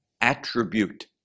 attribute